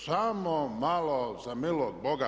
Samo malo za milog Boga!